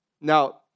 Now